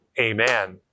amen